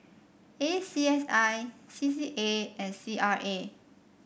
A C S I C C A and C R A